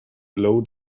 low